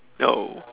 oh